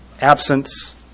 absence